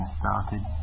started